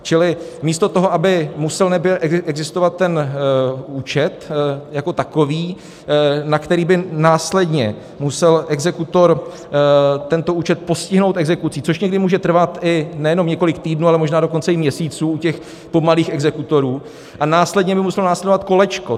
Čili místo toho, aby musel existovat ten účet jako takový, na který by následně musel exekutor tento účet postihnout exekucí, což někdy může trvat nejenom několik týdnů, ale možná dokonce i měsíců u těch pomalých exekutorů, a následně by muselo následovat kolečko.